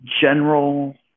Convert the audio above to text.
general